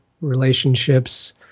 relationships